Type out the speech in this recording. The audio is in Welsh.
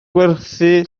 gwerthu